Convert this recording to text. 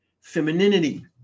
femininity